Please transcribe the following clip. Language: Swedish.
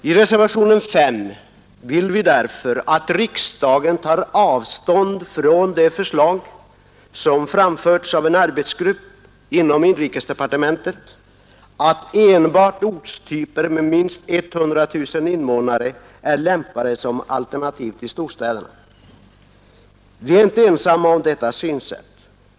I reservationen 5 vill vi därför att riksdagen tar avstånd från de förslag som framförts av en arbetsgrupp inom inrikesdepartementet och som går ut på att enbart ortstyper med minst 100 000 invånare är lämpade som alternativ till storstäderna. Vi är inte ensamma om detta synsätt.